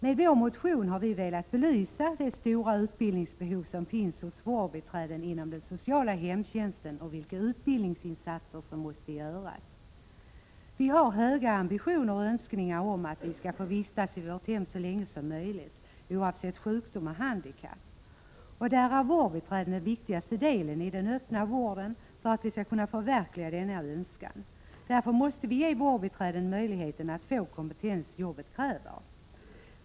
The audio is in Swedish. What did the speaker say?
Med vår motion har vi velat belysa det stora utbildningsbehov som finns hos vårdbiträden inom den sociala hemtjänsten och vilka utbildningsinsatser som måste göras. Vi har höga ambitioner och önskningar om att vi skall få vistas i vårt hem så länge som möjligt, oavsett sjukdom och handikapp. Vårdbiträdena är den viktigaste delen i den öppna vården för att vi skall kunna förverkliga denna önskan. Därför måste vi ge vårdbiträdena möjligheten att få den kompetens jobbet kräver.